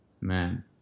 Man